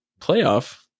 playoff